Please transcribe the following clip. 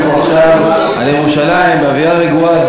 אנחנו מדברים פה עכשיו על ירושלים באווירה רגועה.